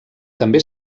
també